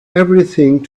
everything